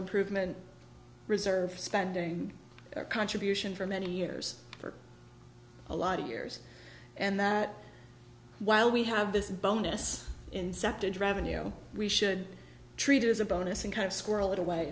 improvement reserves spending contribution for many years for a lot of years and that while we have this bonus incepted revenue we should treat it as a bonus and kind of squirrel it away